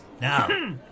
Now